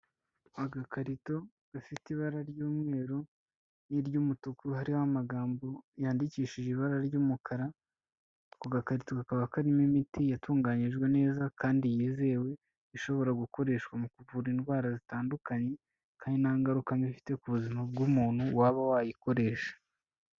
Agakarito gafite ibara ry'umweru n'iry'umutuku hariho amagambo yandikishije ibara ry'umukara, ako gakarito kakaba karimo imiti yatunganyijwe neza kandi yizewe ishobora gukoreshwa mu kuvura indwara zitandukanye, kandi nta ngaruka mbi ifite ku buzima bw'umuntu waba wayikoresha.